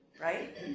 Right